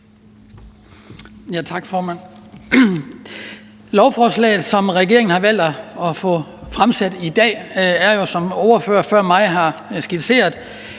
Tak, formand. Lovforslaget, som regeringen har valgt at få fremlagt i dag, er jo, som ordførere før mig har skitseret,